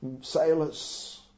sailors